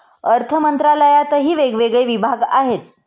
अर्थमंत्रालयातही वेगवेगळे विभाग आहेत